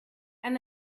and